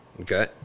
Okay